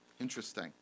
Interesting